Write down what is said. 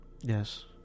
Yes